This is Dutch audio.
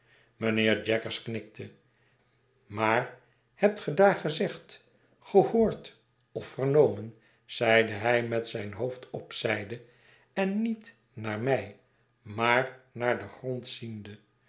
mijnheer jaggers knikte maar hebt ge daar gezegd gehoord of vernomen zeide hij met zijn hoofd op zijde en niet naar mij maar naar den grond ziende